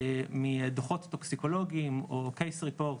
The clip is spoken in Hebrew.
מדוחות טוקסיקולוגים או קייס ריפורט